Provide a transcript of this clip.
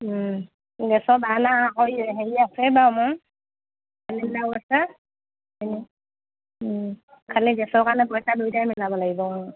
গেছৰ বাৰ্ণাৰ আকৌ হেৰি আছে বাৰু মোৰ চিলিণ্ডাৰ আছে এনে খালী গেছৰ কাৰণে পইচা দুইটাই মিলাব লাগিব অ